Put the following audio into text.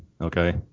Okay